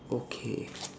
okay